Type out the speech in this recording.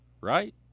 right